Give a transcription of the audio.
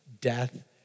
death